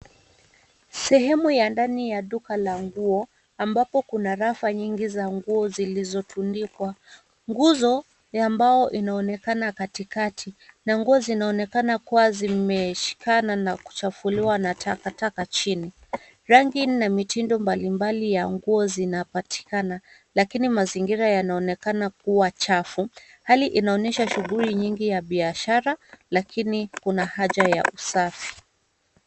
Sehemu ya ndani ya duka la ngo ambapo kuna rafa nyingi za nguo zilizotundikwa. Nguzo ya mbao inaonekana katikati na nguo zinaonekana kuwa zimeshikana na kuchafuliwa na takataka chini. Rangi na mitindo mbalimbali ya nguo zinapatika lakini mazingira yanaonekana kuwa chafu. Hali inaonyesha shughuli nyingi ya biashara lakini kuna haja ya usafi.